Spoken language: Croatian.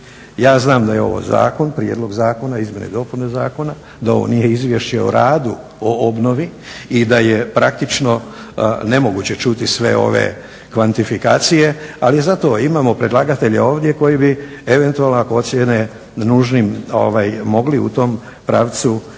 Ja znam da je ovo prijedlog zakona izmjene i dopune zakona, da ovo nije izvješće o radu o obnovi i da je praktično nemoguće čuti sve ove kvantifikacije ali zato imamo predlagatelja ovdje koji bi eventualno ako ocijene nužnim mogli u tom pravcu i